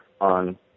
on